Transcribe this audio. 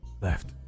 left